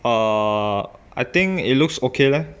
err I think it looks okay leh